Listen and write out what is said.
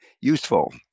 useful